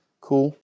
cool